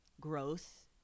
growth